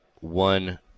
one